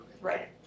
Right